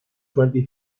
twenty